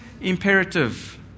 imperative